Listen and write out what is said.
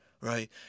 right